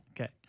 Okay